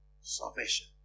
salvation